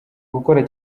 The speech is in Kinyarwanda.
gukora